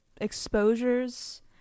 exposures